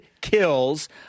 kills